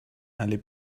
aller